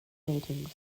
meetings